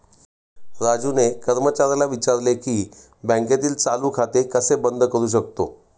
राजूने कर्मचाऱ्याला विचारले की बँकेतील चालू खाते कसे बंद करू शकतो?